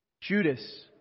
Judas